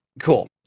cool